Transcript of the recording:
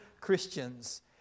Christians